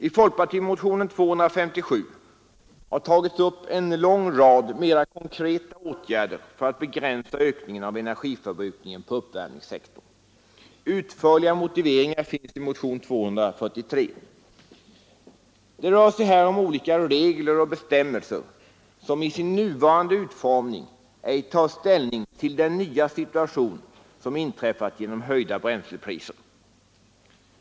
I folkpartimotionen 257 har tagits upp en lång rad mer konkreta åtgärder för att begränsa ökningen av energiförbrukningen på uppvärmningssektorn. Utförliga motiveringar finns i motionen 243. Det rör sig här om olika regler och bestämmelser som i sin nuvarande utformning ej tar ställning till den nya situation som inträffat genom höjda bränslepriser.